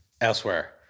Elsewhere